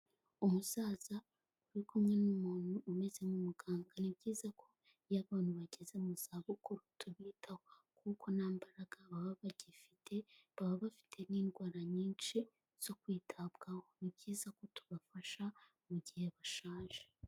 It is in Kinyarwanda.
Umusaza uri kumwe n'umuntu umeze nk'umuganga. Ni byiza ko iyo abantu bageze mu za kuko tubitaho kuko nta mbaraga baba bagifite, baba bafite n'indwara nyinshi zo kwitabwaho. Ni byiza ko tubafasha mu gihe bashaje.